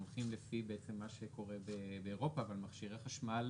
אנחנו הולכים לפי מה שקורה באירופה אבל מכשירי חשמל